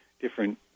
different